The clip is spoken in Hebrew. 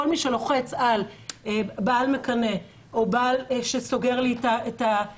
כל מי שלוחץ על בעל מקנא או על בעל שסוגר לי את הפייסבוק,